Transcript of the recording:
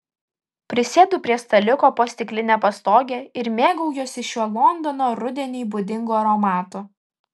prisėdu prie staliuko po stikline pastoge ir mėgaujuosi šiuo londono rudeniui būdingu aromatu